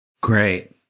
Great